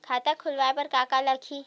खाता खुलवाय बर का का लगही?